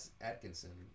Atkinson